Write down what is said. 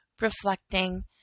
reflecting